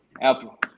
Apple